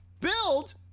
Build